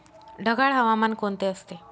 ढगाळ हवामान कोणते असते?